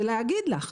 ולהגיד לך,